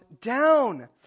down